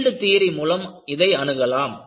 yield theory மூலம் இதை அணுகலாம்